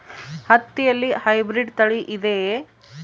ಹತ್ತಿಯಲ್ಲಿ ಹೈಬ್ರಿಡ್ ತಳಿ ಇದೆಯೇ?